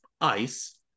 ice